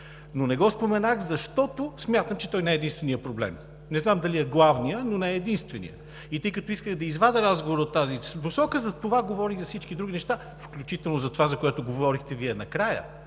но не го споменах, защото смятам, че той не е единственият проблем. Не знам дали е главният, но не е единственият. Тъй като исках да извадя разговора от тази посока, затова говорех за всички други неща, включително за това, за което говорихте Вие накрая.